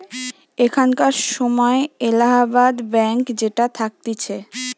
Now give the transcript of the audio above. এখানকার সময় এলাহাবাদ ব্যাঙ্ক যেটা থাকতিছে